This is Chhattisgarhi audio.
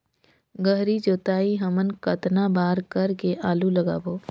गहरी जोताई हमन कतना बार कर के आलू लगाबो?